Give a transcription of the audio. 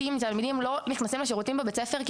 תלמידים לא נכנסים לשירותים בבית הספר כי